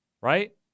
Right